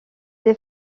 des